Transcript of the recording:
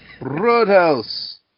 Roadhouse